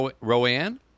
Roanne